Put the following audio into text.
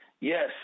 Yes